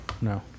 No